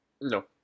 No